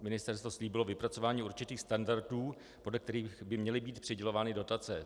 Ministerstvo slíbilo vypracování určitých standardů, podle kterých by měly být přidělovány dotace.